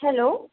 hello